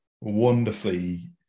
wonderfully